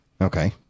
Okay